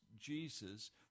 Jesus